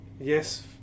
yes